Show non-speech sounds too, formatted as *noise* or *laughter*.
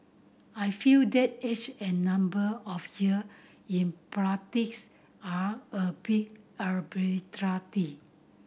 I feel that age and number of year in practice are a bit *unintelligible*